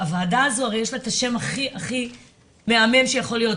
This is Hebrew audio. שהוועדה הזו הרי יש לה את השם הכי מהמם שיכול להיות,